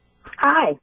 Hi